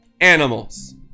animals